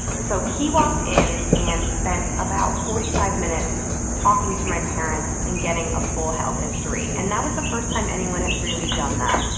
so he walked in and spent about forty five minutes talking to my parents and getting a full health history, and that was the first time anyone had really done that.